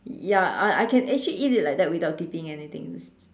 ya I I can actually eat it like that without dipping any things